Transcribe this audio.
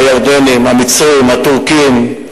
הירדנים, המצרים, הטורקים,